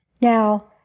Now